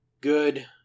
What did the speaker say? good